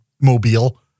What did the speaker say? mobile